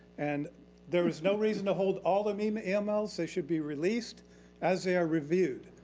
and there was no reason to hold all the i mean emails. they should be released as they are reviewed.